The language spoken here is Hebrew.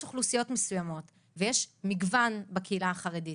אוכלוסיות מסוימות ויש מגוון בקהילה החרדית,